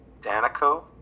Danico